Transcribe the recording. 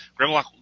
Grimlock